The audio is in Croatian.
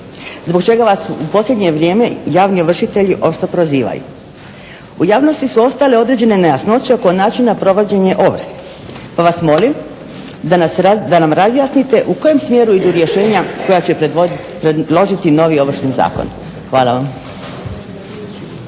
zbog čega vas u posljednje vrijeme javni ovršitelji oštro prozivaju. U javnosti su ostale određene nejasnoće oko načina provođenja ovrha pa vas molim da nam razjasnite u kojem smjeru idu rješenja koja će predložiti novi Ovršni zakon. Hvala vam.